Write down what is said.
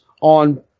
on